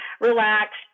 relax